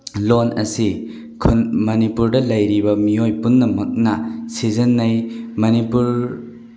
ꯂꯣꯜ ꯑꯁꯤ ꯃꯅꯤꯄꯨꯔꯗ ꯂꯩꯔꯤꯕ ꯃꯤꯑꯣꯏ ꯄꯨꯝꯅꯃꯛꯅ ꯁꯤꯖꯤꯟꯅꯩ ꯃꯅꯤꯄꯨꯔ